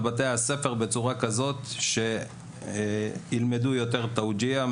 בתי הספר בבחירת תוכנית הלימוד תווג'יה,